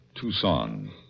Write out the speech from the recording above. Tucson